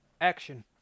action